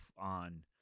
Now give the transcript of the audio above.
on